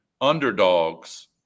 underdogs